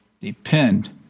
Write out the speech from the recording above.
depend